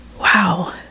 wow